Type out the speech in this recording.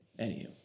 Anywho